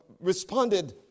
responded